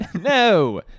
No